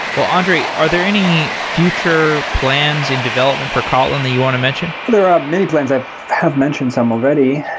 well, andrey, are there any future plans and development for kotlin that you want to mention? there are many plans. i have mentioned some already.